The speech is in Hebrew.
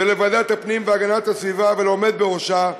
לוועדת הפנים והגנת הסביבה ולעומד בראשה,